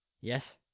Yes